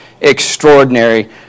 extraordinary